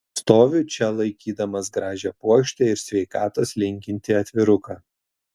stoviu čia laikydamas gražią puokštę ir sveikatos linkintį atviruką